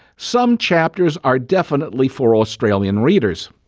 some chapters are definitely for australian readers.